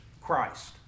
christ